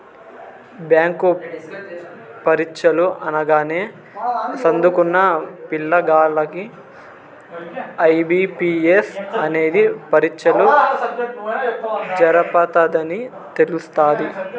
bank పరీచ్చలు అనగానే సదుంకున్న పిల్లగాల్లకి ఐ.బి.పి.ఎస్ అనేది పరీచ్చలు జరపతదని తెలస్తాది